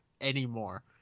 anymore